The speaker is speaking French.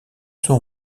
sont